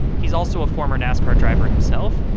he's also a former nascar driver himself,